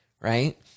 right